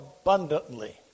abundantly